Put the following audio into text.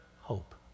hope